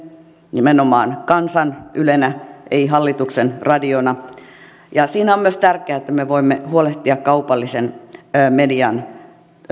nimenomaan kansan ylenä ei hallituksen radiona ja siinä on myös tärkeää että me voimme huolehtia kaupallisen median